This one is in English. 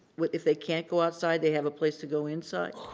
but if they can't go outside they have a place to go inside.